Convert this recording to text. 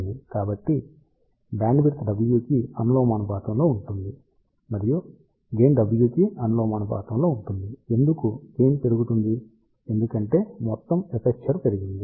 కాబట్టి bandwidth W కి అనులోమానుపాతంలో ఉంటుంది మరియు గెయిన్ W కి అనులోమానుపాతంలో ఉంటుంది ఎందుకు గెయిన్ పెరుగుతుంది ఎందుకంటే మొత్తం ఎపర్చరు పెరిగింది